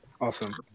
awesome